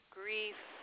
grief